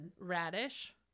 radish